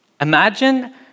Imagine